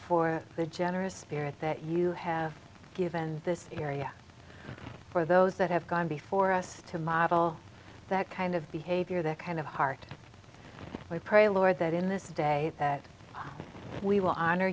for the generous spirit that you have given this area for those that have gone before us to model that kind of behavior that kind of heart i pray lord that in this day that we will honor